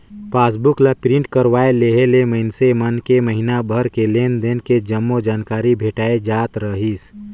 passbook ला print करवाये लेहे ले मइनसे मन के महिना भर के लेन देन के जम्मो जानकारी भेटाय जात रहीस